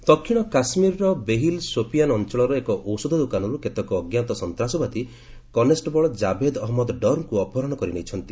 J and K ଦକ୍ଷିଣ କାଶ୍ୱୀରର ବେହିଲ୍ ସୋପିଅନ୍ ଅଞ୍ଚଳର ଏକ ଔଷଧ ଦୋକାନରୁ କେତେକ ଅଜ୍ଞାତ ସନ୍ତାସବାଦୀ କନେଷ୍ଟବଳ ଜାଭେଦ ଅହମ୍ମଦ ଡର୍ଙ୍କୁ ଅପହରଣ କରି ନେଇଛନ୍ତି